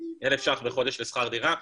1,000 ₪ בחודש לשכר דירה,